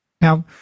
Now